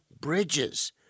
bridges